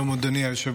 שלום, אדוני היושב-ראש.